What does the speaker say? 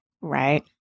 Right